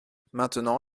maintenant